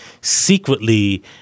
secretly